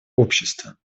общества